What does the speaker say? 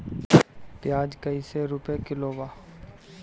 प्याज कइसे रुपया किलो बा?